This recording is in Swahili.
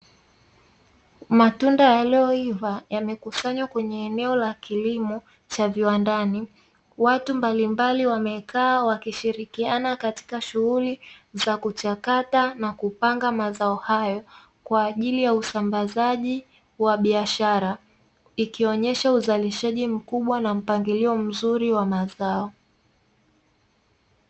Matunda yaliyoiva yamekusanywa kwenye eneo la kilimo cha viwandani, watu mbalimbali wamekaa wakishirikiana katika shughuli za kuchakata na kupanga mazao hayo kwa ajili ya usambazaji wa biashara, ikionyesha uzalishaji mkubwa na mpangilio mzuri wa mazao.